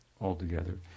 altogether